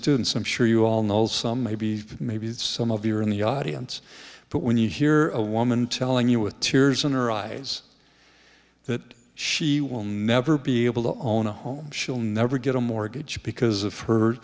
students i'm sure you all know some maybe maybe some of you are in the audience but when you hear a woman telling you with tears in her eyes that she won't be able to own a home she'll never get a mortgage because of her